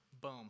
Boom